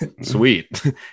Sweet